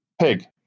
Pig